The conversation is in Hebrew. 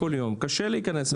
השר